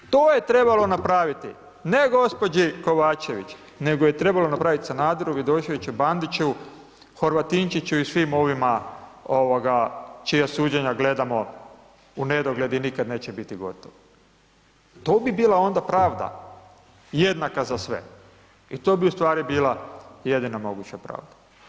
To je trebalo napraviti, ne gđi. Kovačević nego je trebalo napraviti Sanaderu, Vidoševiću, Bandiću, Horvatinčiću i svim ovima ovoga čija suđenja gledamo u nedogled i nikada neće biti gotovo, to bi bila onda pravda jednaka za sve i to bi ustvari bila jedina moguće pravda.